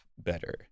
better